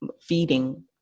feeding